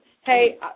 Hey